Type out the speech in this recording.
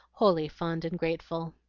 wholly fond and grateful.